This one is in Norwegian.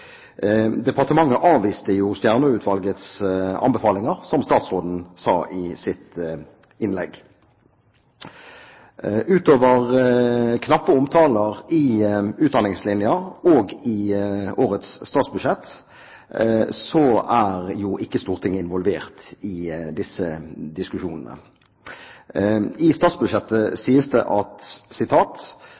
Departementet avviste jo Stjernø-utvalgets anbefalinger, som statsråden sa i sitt innlegg. Utover knappe omtaler i Utdanningslinja og i årets statsbudsjett er ikke Stortinget involvert i disse diskusjonene. I statsbudsjettet sies det at